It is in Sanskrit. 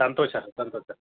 सन्तोषः सन्तोषः